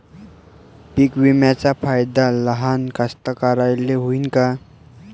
पीक विम्याचा फायदा लहान कास्तकाराइले होईन का?